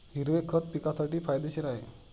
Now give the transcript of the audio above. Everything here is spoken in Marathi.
हिरवे खत पिकासाठी फायदेशीर आहे